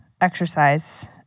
exercise